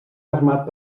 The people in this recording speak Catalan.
armat